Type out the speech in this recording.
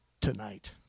tonight